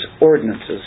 ordinances